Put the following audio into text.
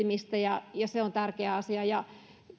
aina kysymyksiä ja miettimistä ja se on tärkeä asia